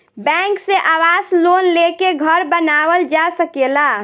bank से आवास loan लेके घर बानावल जा सकेला